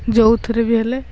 ଯେଉଁଥିରେ ବି ହେଲେ